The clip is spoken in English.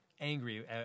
angry